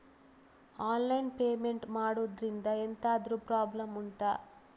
online payment ಮಾಡುದ್ರಿಂದ ಎಂತಾದ್ರೂ problem ಉಂಟಾ